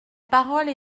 parole